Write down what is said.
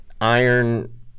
iron